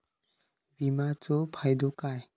विमाचो फायदो काय?